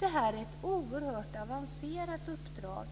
Detta är ett oerhört avancerat uppdrag.